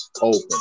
open